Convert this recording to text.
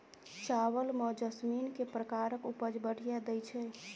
चावल म जैसमिन केँ प्रकार कऽ उपज बढ़िया दैय छै?